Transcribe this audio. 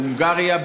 בהונגריה,